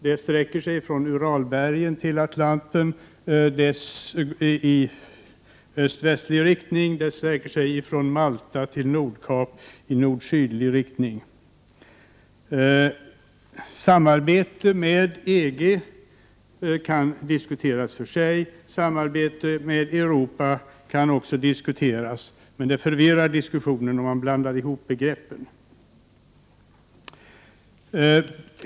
Det sträcker sig från Uralbergen till Atlanten i öst-västlig riktning och från Malta till Nordkap i nord-sydlig riktning. Samarbetet med EG kan diskuteras, och samarbetet med Europa kan också diskuteras. Men det förvirrar diskussionen om man blandar ihop begreppen.